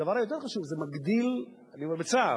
הדבר היותר חשוב, זה מגדיל, אני אומר בצער,